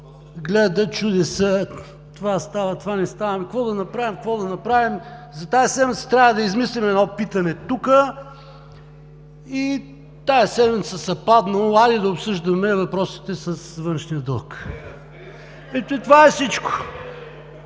гледа, чуди се – това става, това не става, ами, какво да направим, какво да направим, за тази седмица трябва да измислим едно питане тук, и тази седмица се е паднало да обсъждаме въпросите с външния дълг. (Шум и реплики